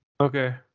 Okay